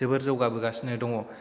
जोबोर जौगाबोगासिनो दङ